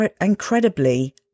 incredibly